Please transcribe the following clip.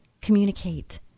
communicate